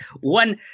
one